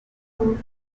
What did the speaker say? perezida